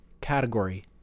category